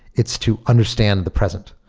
it's to understand the present,